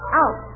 out